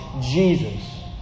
Jesus